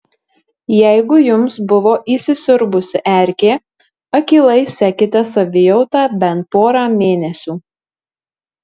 jeigu jums buvo įsisiurbusi erkė akylai sekite savijautą bent porą mėnesių